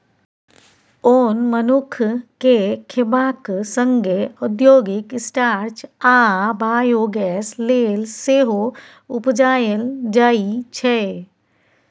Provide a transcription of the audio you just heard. ओन मनुख केँ खेबाक संगे औद्योगिक स्टार्च आ बायोगैस लेल सेहो उपजाएल जाइ छै